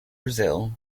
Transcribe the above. brazil